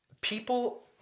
People